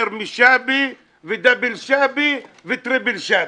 משָׁבִּי ודאבל שָׁבִּי וטריפל שָׁבִּי.